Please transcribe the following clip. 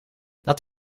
dat